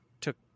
took